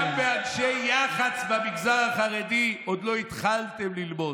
גם מאנשי יח"צ במגזר החרדי עוד לא התחלתם ללמוד.